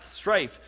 strife